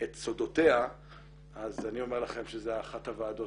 את סודותיה אז אני אומר לכם שזו אחת הוועדות